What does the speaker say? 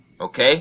okay